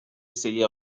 city